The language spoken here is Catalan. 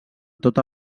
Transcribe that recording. tota